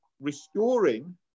restoring